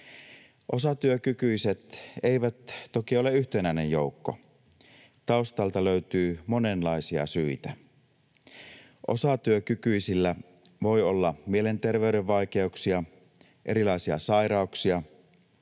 Osatyökykyiset eivät toki ole yhtenäinen joukko. Taustalta löytyy monenlaisia syitä. Osatyökykyisillä voi olla mielenterveyden vaikeuksia, erilaisia sairauksia,